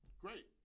Great